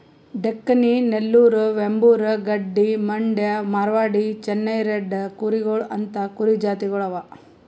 Deccani, Nellore, Vembur, Gaddi, Mandya, Marwari, Chennai red ಕೂರಿಗೊಳ್ ಅಂತಾ ಕುರಿ ಜಾತಿಗೊಳ್ ಅವಾ